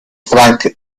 frank